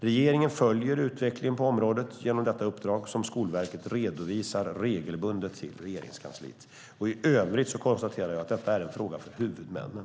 Regeringen följer utvecklingen på området genom detta uppdrag som Skolverket redovisar regelbundet till Regeringskansliet I övrigt konstaterar jag att detta är en fråga för huvudmännen.